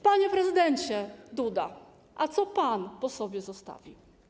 Panie prezydencie Duda, a co pan po sobie zostawi?